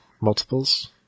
multiples